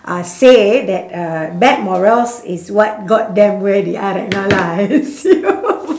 uh say that uh bad morals is what got them where they are right now lah